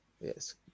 Yes